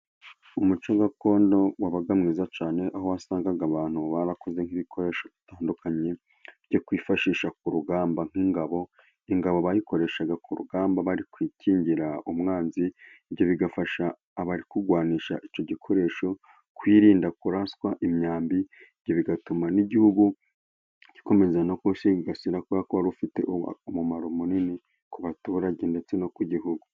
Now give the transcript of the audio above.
Umuco gakondo wabaga mwiza cyane, aho wasangaga abantu barakoze nk'ibikoresho bitandukanye byo kwifashisha ku rugamba nk'ingabo, ingabo bayikoreshaga ku rugamba bari kwikingira umwanzi, ibyo bigafasha abari kurwanisha icyo gikoresho kwirinda kuraswa imyambi, ibyo bigatuma n'igihugu gikomeza no kusigasira kuberako wari ufite umumaro munini ku baturage ndetse no ku gihugu.